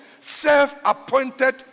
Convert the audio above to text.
self-appointed